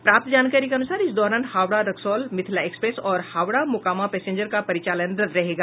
प्राप्त जानकारी के अनुसार इस दौरान हावड़ा रक्सौल मिथिला एक्सप्रेस और हावड़ा मोकामा पैंसेजर का परिचालन रद्द रहेगा